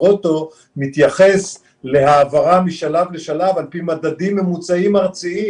גרוטו מתייחס להעברה משלב לשלב על פי מדדים ממוצעים ארציים.